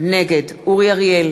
נגד אורי אריאל,